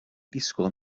disgwyl